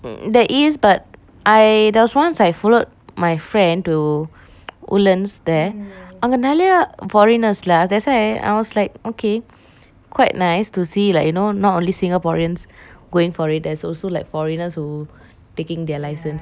there is but I there was once I followed my friend to woodlands there அங்க நிறைய:ange nereya foreigners lah that's why I was like okay quite nice to see like you know not only singaporeans going for it there's also like foreigners who taking their license